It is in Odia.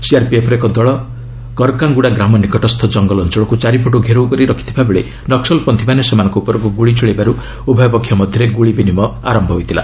ସିଆର୍ପିଏଫ୍ର ଏକ ଦଳ କରକାଙ୍ଗ୍ରଡା ଗ୍ରାମ ନିକଟସ୍ଥ କଙ୍ଗଲ ଅଞ୍ଚଳକୁ ଚାରିପଟୁ ଘେରାଉ କରି ରଖିଥିବାବେଳେ ନକ୍କଲପନ୍ତ୍ରୀମାନେ ସେମାନଙ୍କ ଉପରକୁ ଗୁଳି ଚଳାଇବାରୁ ଉଭୟ ପକ୍ଷ ମଧ୍ୟରେ ଗ୍ରଳି ବିନିମୟ ହୋଇଥିଲା